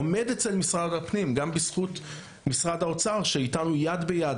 עומד אצל משרד הפנים גם בזכות משרד האוצר שאיתנו יד ביד,